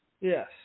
Yes